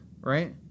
right